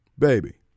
baby